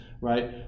right